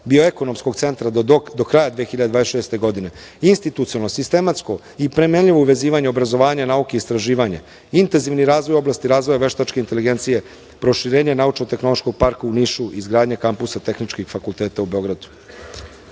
Bioekonomskog centra do kraja 2026. godine, institucionalno, sistematsko i primenljivo uvezivanje obrazovanja nauka i istraživanja, intenzivni razvoj oblasti razvoja veštačke inteligencije, proširenje Naučno-tehnološkog parka u Nišu i izgradnja kampusa tehničkih fakulteta u Beogradu. Izgradnja